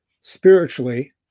spiritually